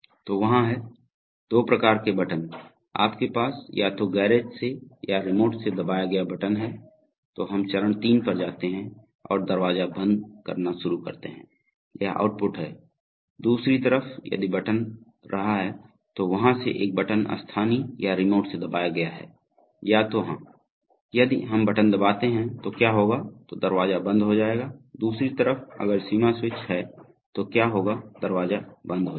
तो वहाँ हैं दो प्रकार के बटन आपके पास या तो गैरेज से या रिमोट से दबाया गया बटन है तो हम चरण 3 पर जाते हैं और दरवाजा बंद करना शुरू करते हैं यह आउटपुट है दूसरी तरफ यदि बटन रहा है तो वहां से एक बटन स्थानीय या रिमोट से दबाया गया है या तो हां यदि हम बटन दबाते हैं तो क्या होगा तो दरवाजा बंद हो जाएगा दूसरी तरफ अगर सीमा स्विच है तो क्या होगा दरवाजा बंद हो जाएगा